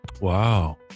Wow